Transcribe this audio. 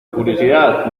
curiosidad